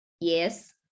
Yes